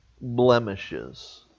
blemishes